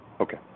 Okay